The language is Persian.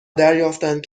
دریافتند